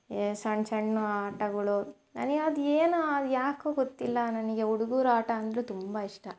ಈ ಸಣ್ಣ ಸಣ್ಣ ಆಟಗಳು ಅದು ಅದೇನೋ ಅದ್ಯಾಕೋ ಗೊತ್ತಿಲ್ಲ ನನಗೆ ಹುಡುಗರ ಆಟ ಅಂದರೆ ತುಂಬ ಇಷ್ಟ